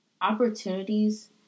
opportunities